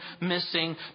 missing